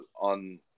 on